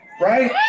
right